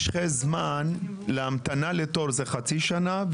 משכי הזמן להמתנה לתור זה חצי שנה,